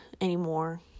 anymore